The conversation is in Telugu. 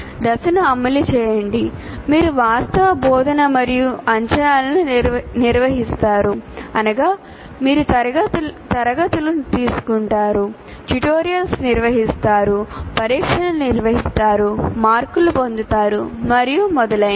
దశను అమలు చేయండి మీరు వాస్తవ బోధన మరియు అంచనాను నిర్వహిస్తారు అనగా మీరు తరగతులు తీసుకుంటారు ట్యుటోరియల్స్ నిర్వహిస్తారు పరీక్షను నిర్వహిస్తారు మార్కులు పొందుతారు మరియు మొదలైనవి